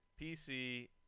PC